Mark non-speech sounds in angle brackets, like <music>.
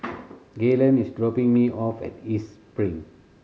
<noise> Gaylen is dropping me off at East Spring